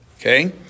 Okay